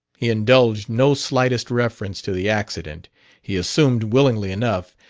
he indulged no slightest reference to the accident he assumed, willingly enough,